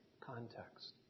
context